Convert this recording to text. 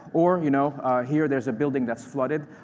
or you know here, there's a building that's flooded.